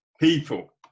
people